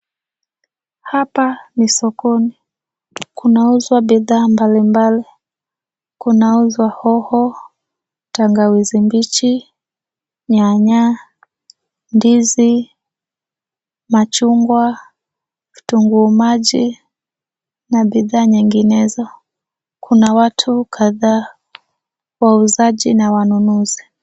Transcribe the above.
Hapa ni sokoni, kunauzwa bidhaa mbalimbali, kunauzwa hoho, tangawizi mbichi, nyanya, ndizi, machungwa, kitunguu maji na bidhaa nyingineo. Kuna watu kadhaa wauzaji na wanunuzi.